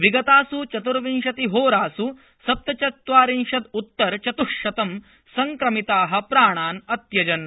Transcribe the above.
विगतास् चत्र्विशतिहोरास् सप्तचत्वारिशद्रत्तर चत्शतं संक्रमिता प्राणान् अत्यजन्